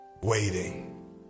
waiting